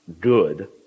good